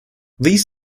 these